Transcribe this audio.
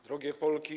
Drogie Polki!